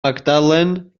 magdalen